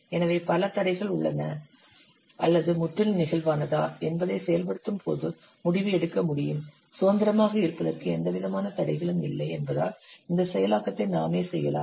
எனவே பல தடைகள் உள்ளனவா அல்லது முற்றிலும் நெகிழ்வானதா என்பதை செயல்படுத்தும் போது முடிவு எடுக்க முடியும் சுதந்திரமாக இருப்பதற்கு எந்தவிதமான தடைகளும் இல்லை என்பதால் இந்த செயலாக்கத்தை நாமே செய்யலாம்